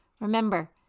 Remember